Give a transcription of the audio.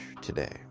today